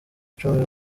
icumi